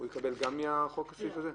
הוא יקבל קנס מכוח הסעיף הזה?